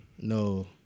No